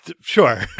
sure